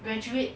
graduate